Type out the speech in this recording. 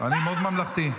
אני מאוד ממלכתי.